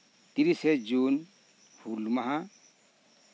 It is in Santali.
ᱛᱤᱨᱤᱥᱮ ᱡᱩᱱ ᱦᱩᱞ ᱢᱟᱦᱟ